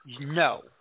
no